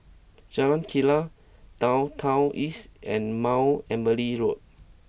Jalan Kilang Downtown East and Mount Emily Road